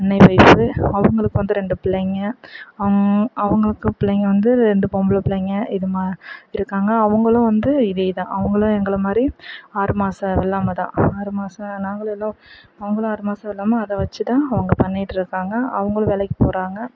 அண்ண ஒய்ஃபு அவங்களுக்கு வந்து ரெண்டு பிள்ளைங்கள் அவங் அவங்களுக்கு பிள்ளைங்கள் வந்து ரெண்டு பொம்பளை பிள்ளைங்கள் இதுமா இருக்காங்க அவங்களும் வந்து இதேதான் அவங்களும் எங்களை மாதிரி ஆறு மாத வெள்ளாமைதான் ஆறு மாதம் நாங்களும் எல்லா அவங்களும் ஆறு மாத வெள்ளாமை அதை வச்சுதான் அவங்க பண்ணிட்டிருக்காங்க அவங்களும் வேலைக்குப் போகிறாங்க